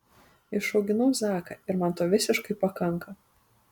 išauginau zaką ir man to visiškai pakanka